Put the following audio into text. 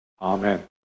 amen